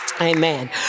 Amen